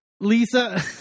Lisa